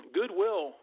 goodwill